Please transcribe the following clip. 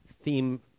theme